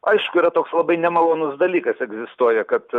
aišku yra toks labai nemalonus dalykas egzistuoja kad